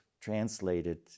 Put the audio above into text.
translated